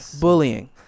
bullying